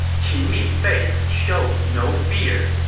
qin mi's face showed no fear.